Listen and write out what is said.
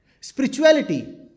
Spirituality